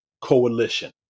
Coalition